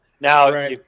now